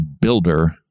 builder